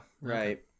right